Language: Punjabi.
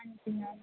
ਹਾਂਜੀ ਮੈਮ